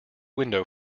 window